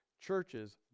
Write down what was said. Churches